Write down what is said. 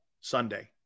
Sunday